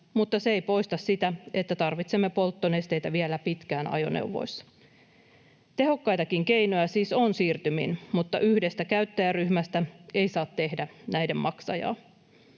mutta ei poista sitä, että tarvitsemme polttonesteitä vielä pitkään ajoneuvoissa. Tehokkaitakin keinoja siis on siirtymiin, mutta yhdestä käyttäjäryhmästä ei saa tehdä näiden maksajaa.